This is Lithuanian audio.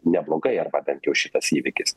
neblogai arba bent jau šitas įvykis